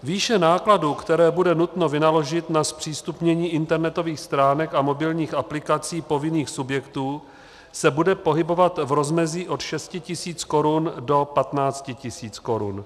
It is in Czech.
Výše nákladů, které bude nutno vynaložit na zpřístupnění internetových stránek a mobilních aplikací povinných subjektů, se bude pohybovat v rozmezí od 6 000 korun do 15 000 korun.